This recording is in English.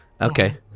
Okay